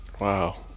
wow